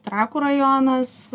trakų rajonas